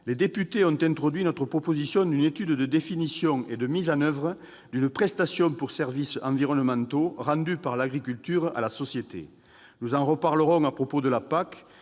les députés aient introduit dans le texte notre proposition de mener une étude de la définition et de la mise en oeuvre d'une prestation pour services environnementaux rendus par l'agriculture à la société. Nous en reparlerons à propos de la PAC,